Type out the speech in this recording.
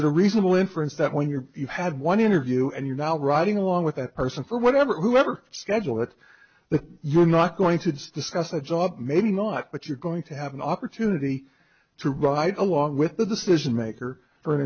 it a reasonable inference that when your you have one interview and you're not riding along with a person for whatever whoever schedule it the you're not going to discuss a job maybe not but you're going to have an opportunity to ride along with the decision maker for an